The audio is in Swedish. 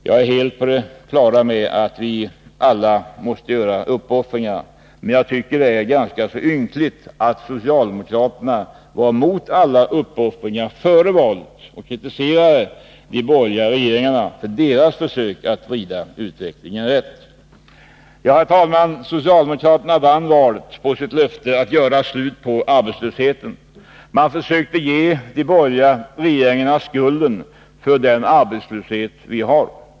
Jag är helt på det klara med att vi alla måste göra uppoffringar, men jag tycker att det är ganska ynkligt att socialdemokraterna var mot alla uppoffringar före valet och kritiserade de borgerliga regeringarna för deras försök att vrida utvecklingen rätt. Herr talman! Socialdemokraterna vann valet på sitt löfte att göra slut på arbetslösheten. Man försökte ge de borgerliga regeringarna skulden för den arbetslöshet vi har.